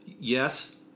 Yes